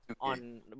on